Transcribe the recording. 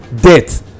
Debt